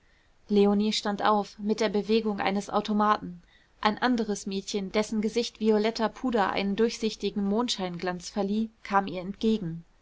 leonie stand auf mit der bewegung eines automaten ein anderes mädchen dessen gesicht violetter puder einen durchsichtigen mondscheinglanz verlieh kam ihr entgegen